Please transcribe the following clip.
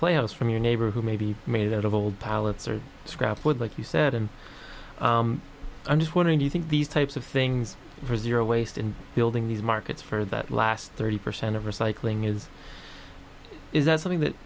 players from your neighbor who maybe made out of old pilots or scrap wood like you said and i'm just wondering do you think these types of things for zero waste in building these markets for that last thirty percent of recycling is is that something that